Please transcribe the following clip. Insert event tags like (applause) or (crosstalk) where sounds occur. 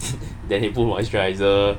(laughs) then they put moisturiser